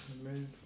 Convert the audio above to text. Amen